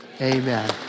amen